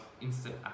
instant